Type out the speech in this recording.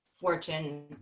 fortune